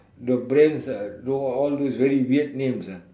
the brands are all those very weird names ah